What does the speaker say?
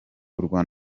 urwa